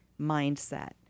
mindset